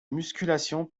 musculation